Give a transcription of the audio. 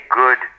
good